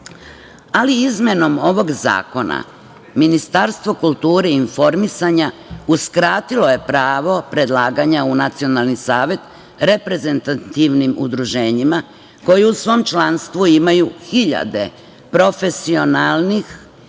ali izmenom ovog zakona Ministarstvo kulture i informisanja uskratilo je pravo predlaganja u Nacionalni savet reprezentativnim udruženjima koji u svom članstvu imaju hiljade profesionalnih